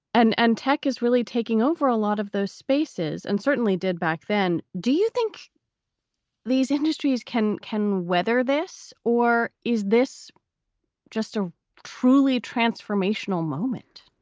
and and tech is really taking over a lot of those spaces and certainly did back then. do you think these industries can can weather this or is this just a truly transformational moment?